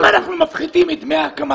אם אנחנו מפחיתים מדמי ההקמה